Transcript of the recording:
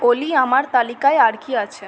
অলি আমার তালিকায় আর কি আছে